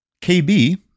KB